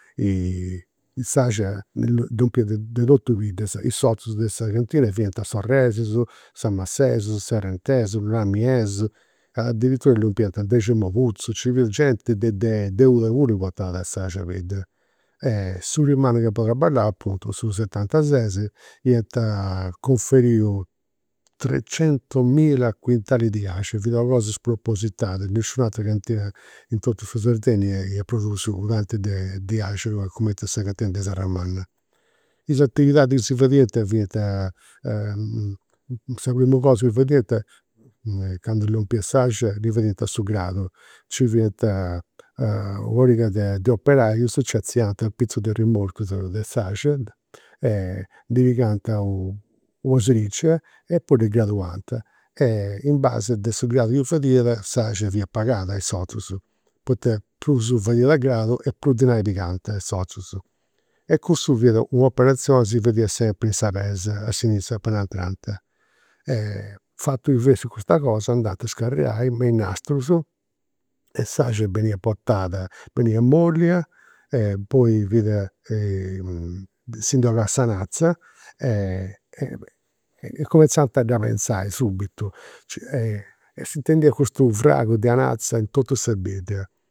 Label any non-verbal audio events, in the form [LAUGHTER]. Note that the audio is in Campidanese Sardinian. S'axia lompiat de totus i' biddas, i' sozus de sa cantina fiant sorresus, samassesus, serrentesus, nuraminesus, adiritura lompiant deximoputzu, nci fiat genti de [HESITATION] de uda puru portat s'axia a bidda. Su prim'annu chi apu traballau, apuntu su setantases, iant conferiu trexentumilla quintalis di axia, fiat una cosa spropositada, nisciunus atera cantina in totu sa Sardigna iat produsiu u' tanti de [HESITATION] de axia cumenti a sa cantina de Serramanna. Is atividadis chi si fadiant fiant [HESITATION] sa primu cosa chi fadiant, candu lompiat s'axia, ddi fadiant su gradu. Nci fiant una pariga de [HESITATION] de operaius nci arziant apizus de rimorchius de s'axia e ndi pigant una sricia e poi dda graduant e in base de su gradu chi fadiat s'axia fiat pagada a i, [UNINTELLIGIBLE] poita prus fadiat gradu e prus dinai piganta i' sozus. E cussu fiat u' operazioni si fadiat sempri a sa pesa, a s'iniziu apena intranta. Fatu chi fessit custa cosa andant a scarigai me in nastrus e s'axia beniat portat, beniat mollia e poi fiat [HESITATION] si ndi 'ogat s'anazza e [HESITATION] cumentzant a dda prenzai subitu e s'intendiat custu fragu de anazza in totu sa bidda